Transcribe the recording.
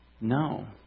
No